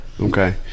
okay